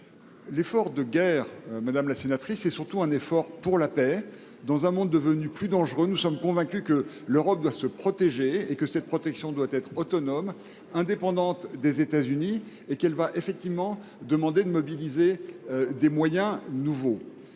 L’effort de guerre, madame la sénatrice, est surtout un effort pour la paix. Dans un monde devenu plus dangereux, nous sommes convaincus que l’Europe doit se protéger. Cette protection doit être autonome, indépendante des États Unis, et nécessitera de mobiliser des moyens nouveaux.